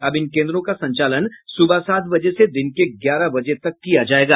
अब इन केंद्रों का संचालन सुबह सात बजे से दिन के ग्यारह बजे तक किया जायेगा